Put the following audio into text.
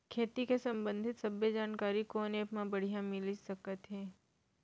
खेती के संबंधित सब्बे जानकारी कोन एप मा बढ़िया मिलिस सकत हे?